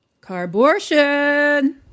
Carbortion